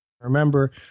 remember